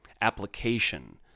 application